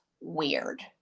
weird